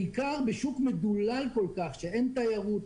בעיקר בשוק מדולל כל כך, כשאין תיירות,